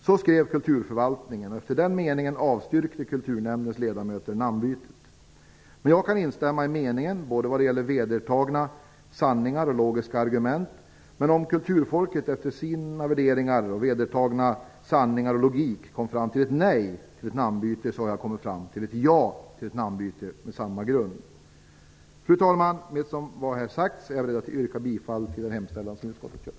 Så skrev Jag kan instämma i meningen vad gäller både vedertagna sanningar och logiska argument. Men även om kulturfolket, efter sina värderingar av vedertagna sanningar och logik, kom fram till ett nej till namnbyte, så har jag kommit fram till ett ja till ett namnbyte på samma grund. Fru talman! Med vad jag här har sagt vill jag yrka bifall till utskottets hemställan.